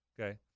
okay